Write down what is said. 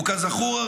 וכזכור,